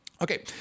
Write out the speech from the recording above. Okay